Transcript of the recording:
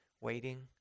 waiting